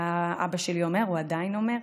היה אבא שלי אומר, והוא עדיין אומר,